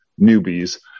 newbies